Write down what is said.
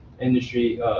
industry